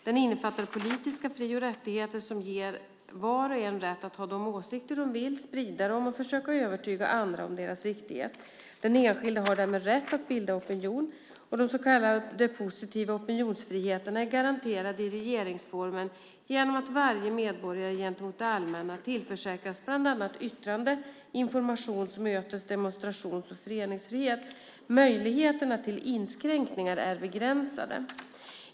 Den innefattar politiska fri och rättigheter som ger var och en rätt att ha de åsikter de vill, att sprida dem och att försöka övertyga andra om deras riktighet. Den enskilde har därmed rätt att bilda opinion. De så kallade positiva opinionsfriheterna är garanterade i regeringsformen genom att varje medborgare gentemot det allmänna tillförsäkras bland annat yttrande-, informations-, mötes-, demonstrations och föreningsfrihet. Möjligheterna till inskränkningar är begränsade.